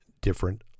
different